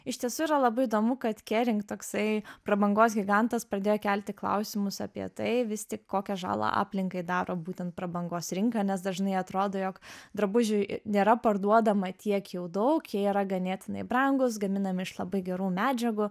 iš tiesų yra labai įdomu kad kering toksai prabangos gigantas pradėjo kelti klausimus apie tai vis tik kokią žalą aplinkai daro būtent prabangos rinka nes dažnai atrodo jog drabužiui nėra parduodama tiek jau daug jie yra ganėtinai brangūs gaminami iš labai gerų medžiagų